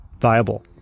viable